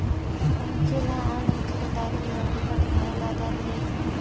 मनखे ल ऑनलाइन खरीदरारी ह बिकट भाए ल धर ले हे